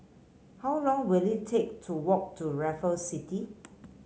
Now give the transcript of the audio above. how long will it take to walk to Raffles City